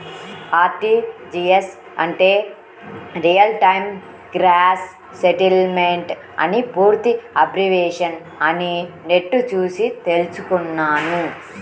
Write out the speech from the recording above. RTGS అంటే real time gross settlement అని పూర్తి అబ్రివేషన్ అని నెట్ చూసి తెల్సుకున్నాను